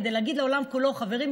כדי להגיד לעולם כולו: חברים,